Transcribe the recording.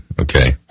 Okay